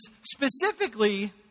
Specifically